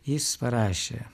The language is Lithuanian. jis parašė